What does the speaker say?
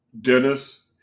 Dennis